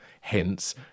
hence